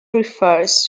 refers